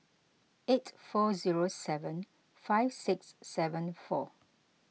eight four zero seven five six seven four